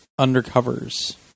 Undercovers